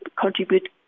contribute